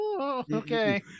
Okay